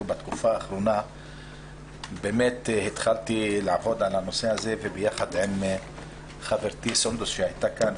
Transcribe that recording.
בתקופה האחרונה התחלתי לעבוד על הנושא הזה ביחד עם חברתי סונדוס סאלח.